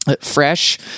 fresh